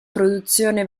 produzione